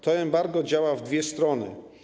To embargo działa w dwie strony.